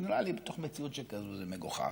שנראה לי שבתוך מציאות שכזאת זה מגוחך.